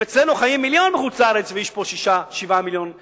אם אצלנו חיים מיליון בחו"ל ויש פה 6 7 מיליוני אזרחים,